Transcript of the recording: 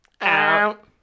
Out